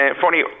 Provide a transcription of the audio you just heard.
funny